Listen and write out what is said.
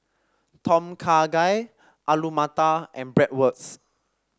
Tom Kha Gai Alu Matar and Bratwurst